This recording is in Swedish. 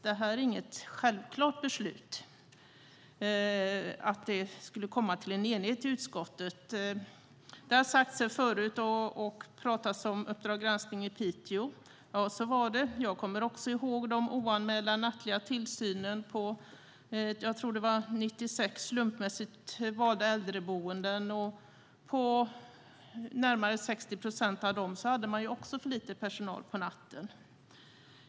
Det var inte självklart att utskottet skulle bli enigt. Det har tidigare talats om Uppdrag gransknings program om Piteå. Så var det. Jag kommer också ihåg de oanmälda tillsynsbesöken. Jag tror att det var fråga om 96 slumpmässigt utvalda äldreboenden. På närmare 60 procent av dem var det för lite personal på natten.